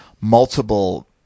multiple